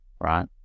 right